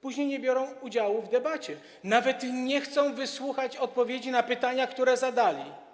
później nie brali udziału w debacie, nawet nie chcieli wysłuchać odpowiedzi na pytania, które zadali.